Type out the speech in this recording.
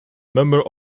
member